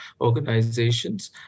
organizations